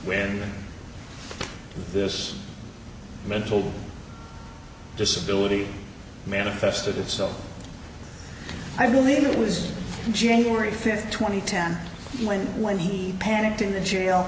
where this mental disability manifested itself i believe it was in january fifth twenty ten when when he panicked in the jail